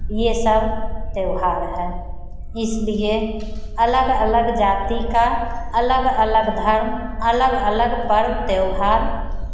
ये सब त्योहार है इसलिए अलग अलग जाति का अलग अलग धर्म अलग अलग पर्व त्योहार